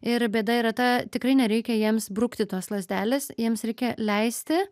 ir bėda yra ta tikrai nereikia jiems brukti tos lazdelės jiems reikia leisti